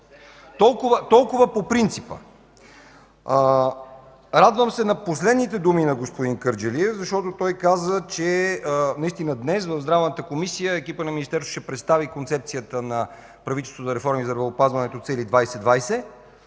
Толкова по принципа. Радвам се на последните думи на господин Кърджалиев, защото той каза, че днес в Здравната комисия екипът на Министерството ще представи концепцията на правителството за реформа в здравеопазването „Цели 2020”.